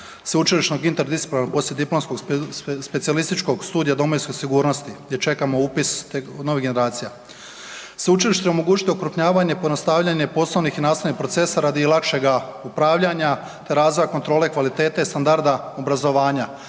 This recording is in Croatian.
sveučilišnog interdisciplinarnog poslijediplomskom studija domovinske sigurnosti gdje čekamo upis novih generacija. Sveučilište će omogućiti okrupnjavanje i pojednostavljanje poslovnih i nastavnih procesa radi lakšega upravljanja te razvoja kontrole kvalitete standarda obrazovanja.